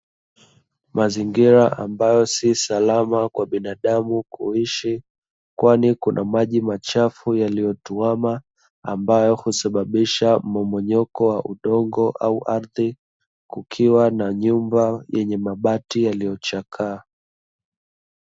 mazingira ambayo si salama kwa binadamu kuhishi kwababu kuna maji yaliyotuama ambayo husabababisha mmomonyoko wa udongo au ardhi kukiwa na nyuma paa lilochakaa